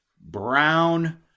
Brown